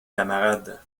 camarades